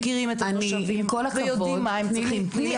מכירים את התושבים ויודעים מה הם צריכים --- עם כל הכבוד,